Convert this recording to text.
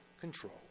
control